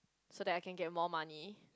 so that I can get more money